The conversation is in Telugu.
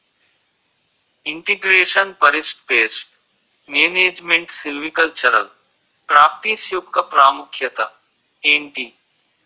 integration forest pest management silvicultural practice యెక్క ప్రాముఖ్యత ఏంటి